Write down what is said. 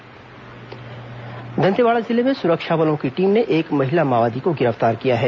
माओवादी गिरफ्तार दंतेवाड़ा जिले में सुरक्षा बलों की टीम ने एक महिला माओवादी को गिरफ्तार किया है